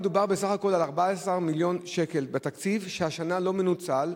מדובר בסך הכול על 14 מיליון שקלים בתקציב שהשנה לא מנוצל.